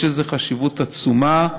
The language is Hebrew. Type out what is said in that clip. שיש לזה חשיבות עצומה,